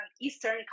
Eastern